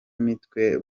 mitwe